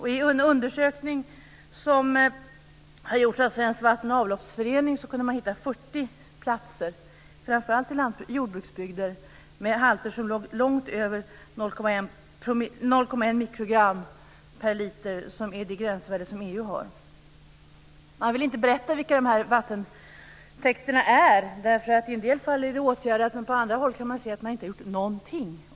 I en undersökning som har gjorts av Svenska vatten och avloppsföreningen har man hittat 40 platser, framför allt i jordbruksbygder, med halter som låg långt över 0,1 mikrogram per liter som är det gränsvärde som EU har. Man vill inte berätta vilka de här vattentäkterna är, därför att det i en del fall är åtgärdat medan man på andra håll kan se att det inte gjorts någonting.